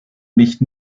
mich